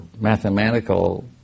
mathematical